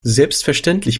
selbstverständlich